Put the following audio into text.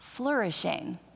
flourishing